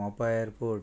Mopa airport